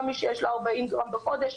גם מי שיש לו 40 גרם לחודש,